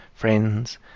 friends